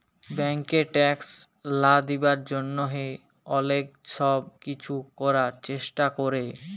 ব্যাংকে ট্যাক্স লা দিবার জ্যনহে অলেক ছব কিছু ক্যরার চেষ্টা ক্যরে